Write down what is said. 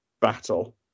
battle